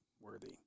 worthy